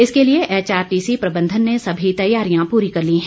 इसके लिए एचआरटीसी प्रबंधन ने सभी तैयारियां पूरी कर ली है